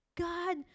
God